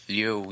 yo